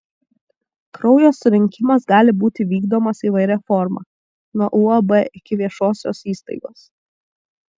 kraujo surinkimas gali būti vykdomas įvairia forma nuo uab iki viešosios įstaigos